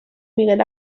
miguel